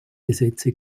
gesetze